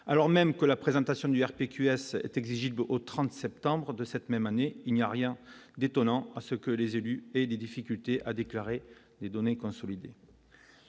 alors même que la présentation du RP QS 37 tambour de cette même année, il n'y a rien d'étonnant à ce que les élus et des difficultés, a déclaré des données consolidées,